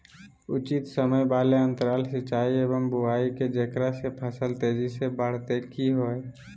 उचित समय वाले अंतराल सिंचाई एवं बुआई के जेकरा से फसल तेजी से बढ़तै कि हेय?